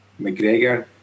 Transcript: McGregor